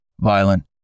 Violent